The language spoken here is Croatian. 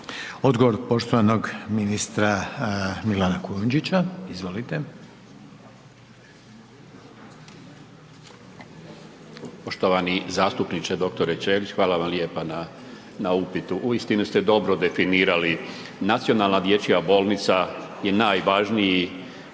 Odgovor poštovanog ministra Milana Kujundžića, izvolite. **Kujundžić, Milan (HDZ)** Poštovani zastupniče dr. Ćelič, hvala vam lijepa na upitu. Uistinu ste dobro definirali, nacionalna dječja bolnica je najvažniji